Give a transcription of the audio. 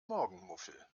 morgenmuffel